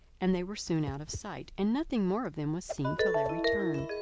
and they were soon out of sight and nothing more of them was seen till their return,